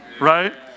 right